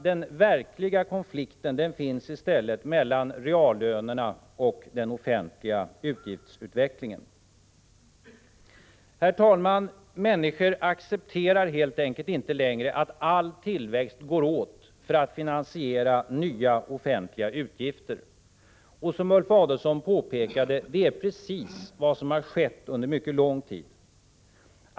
Den verkliga konflikten finns i stället mellan reallönerna och den offentliga utgiftsutvecklingen. Herr talman! Människor accepterar helt enkelt inte längre att all tillväxt går åt för att finansiera nya offentliga utgifter. Som Ulf Adelsohn påpekade, är det precis vad som har skett under mycket lång tid.